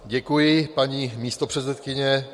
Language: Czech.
Děkuji, paní místopředsedkyně.